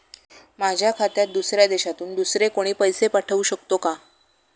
माझ्या खात्यात दुसऱ्या देशातून दुसरे कोणी पैसे पाठवू शकतो का?